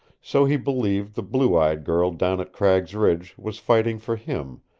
so he believed the blue-eyed girl down at cragg's ridge was fighting for him,